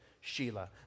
Sheila